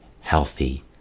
healthy